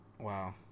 Wow